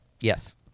Yes